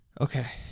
Okay